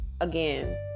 again